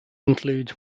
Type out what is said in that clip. includes